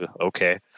okay